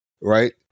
right